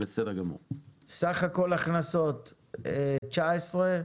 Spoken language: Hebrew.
סך הכל הכנסות 2018,